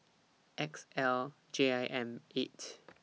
X L J I M eight